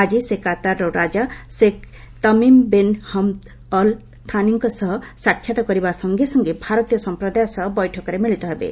ଆଜି ସେ କାତାର୍ର ରାଜା Sheikh Tamim bin Hamad Al ଥାନିଙ୍କ ସହ ସାକ୍ଷାତ୍ କରିବା ସଙ୍ଗେ ସଙ୍ଗେ ଭାରତୀୟ ସମ୍ପ୍ରଦାୟ ସହ ବୈଠକରେ ମିଳିତ ହେବେ